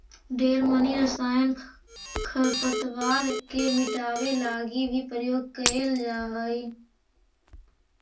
ढेर मनी रसायन खरपतवार के मिटाबे लागी भी प्रयोग कएल जा हई